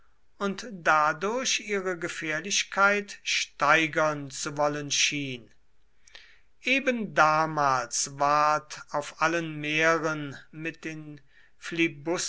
und dadurch ihre gefährlichkeit steigern zu wollen schien ebendamals ward auf allen meeren mit den